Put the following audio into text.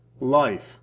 life